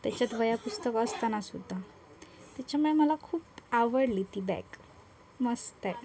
त्याच्यात वह्यापुस्तकं असतानासुद्धा त्याच्यामुळे मला खूप आवडली ती बॅग मस्त आहे